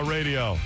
Radio